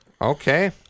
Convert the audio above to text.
Okay